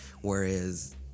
Whereas